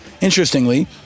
interestingly